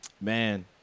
Man